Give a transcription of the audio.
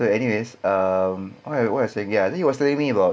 so anyway um what what I saying ya then he was telling me about